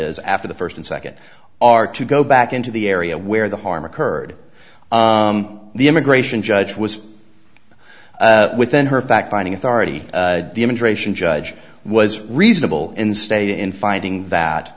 is after the first and second are to go back into the area where the harm occurred the immigration judge was within her fact finding authority the immigration judge was reasonable in state in finding that